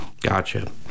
Gotcha